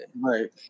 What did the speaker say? right